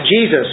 Jesus